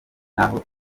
n’aho